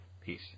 Peace